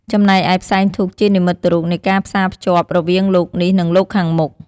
ចំណែកឯផ្សែងធូបជានិមិត្តរូបនៃការផ្សារភ្ជាប់រវាងលោកនេះ និងលោកខាងមុខ។